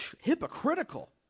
hypocritical